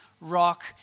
rock